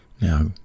Now